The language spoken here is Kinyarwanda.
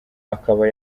akaba